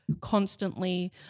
constantly –